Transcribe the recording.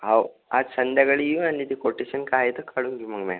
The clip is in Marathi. हाओ आज संध्याकाळी येऊ आणि ते कोटेशन काय आहे ते काढून घेऊ मॅम